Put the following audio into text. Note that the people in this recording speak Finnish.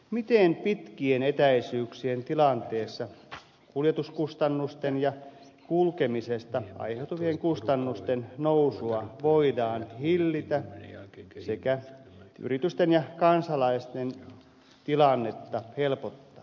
miten pitkien etäisyyksien tilanteessa kuljetuskustannusten ja kulkemisesta aiheutuvien kustannusten nousua voidaan hillitä sekä yritysten ja kansalaisten tilannetta helpottaa